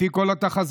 לפי כל התחזיות,